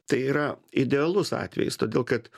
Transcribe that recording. tai yra idealus atvejis todėl kad